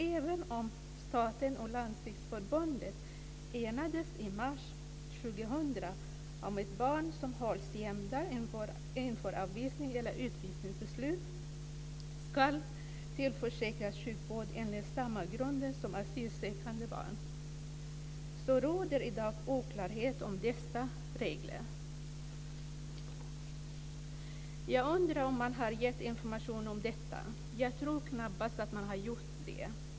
Även om staten och Landstingsförbundet enades i mars 2000 om att barn som hålls gömda inför avvisnings eller utvisningsbeslut ska tillförsäkras sjukvård enligt samma grunder som asylsökande barn råder i dag oklarhet om dessa regler. Jag tror knappast att man har gjort det.